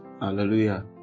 hallelujah